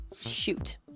Shoot